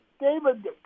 David